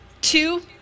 two